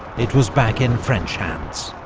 it was back in french hands.